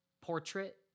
portrait